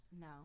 No